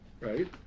right